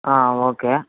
okay